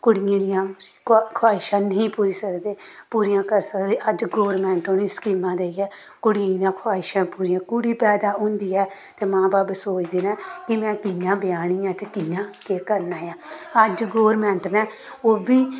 कुड़ियें दियां कुछ खुहाइशां नेईं पूरी सकदे पूरियां करी सकदे अज्ज गौरमैंट उ'नें गी स्कीमां देइयै कुड़ियें दियां खुहाइशां पूरियां कुड़ी पैदा होंदी ऐ ते मां बब्ब सोचदे न कि में कि'यां ब्याह्नी ऐ ते कि'यां केह् करना ऐ अज्ज गौरमैंट ने ओह् बी